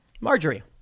Marjorie